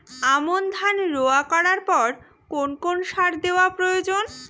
আমন ধান রোয়া করার পর কোন কোন সার দেওয়া প্রয়োজন?